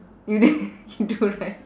you didn't you do right